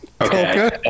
Okay